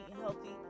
healthy